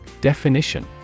Definition